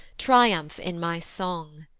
triumph in my song.